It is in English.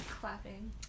clapping